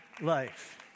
life